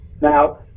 Now